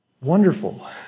Wonderful